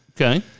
Okay